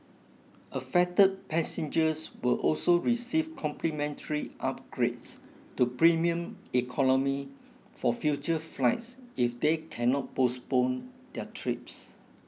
affected passengers will also receive complimentary upgrades to premium economy for future flights if they cannot postpone their trips